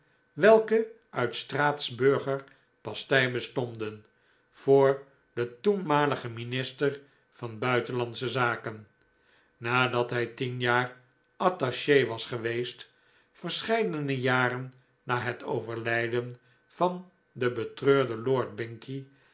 welke uit straatsburger pastei bestonden voor den toenmaligen minister van buitenlandsche zaken nadat hij tien jaar attache was geweest verscheidene jaren na het overlijden van den betreurden lord